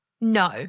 No